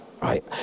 right